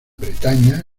bretaña